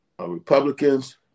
Republicans